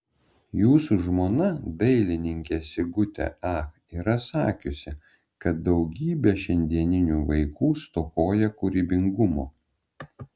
jūsų žmona dailininkė sigutė ach yra sakiusi kad daugybė šiandieninių vaikų stokoja kūrybingumo